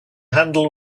handle